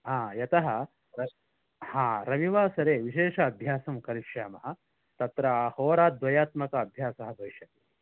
आ यतः हा रविवासरे विशेष अभ्यासं करिष्यामः तत्र होराद्वयात्मक अभ्यासः भविष्यति